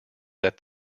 that